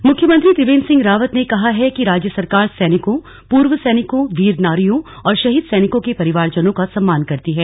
संबोधन मुख्यमंत्री त्रिवेन्द्र सिंह रावत ने कहा है कि राज्य सरकार सैनिकों पूर्व सैनिकों वीर नारियों और शहीद सैनिकों के परिवारजनों का सम्मान करती है